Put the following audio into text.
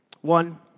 One